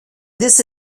this